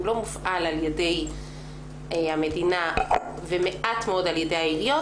הוא לא מופעל על ידי המדינה ומעט מאוד על ידי העיריות,